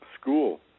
School